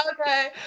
Okay